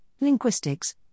linguistics